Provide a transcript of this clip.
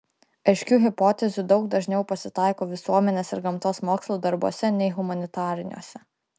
aiškių hipotezių daug dažniau pasitaiko visuomenės ir gamtos mokslų darbuose nei humanitariniuose